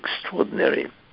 extraordinary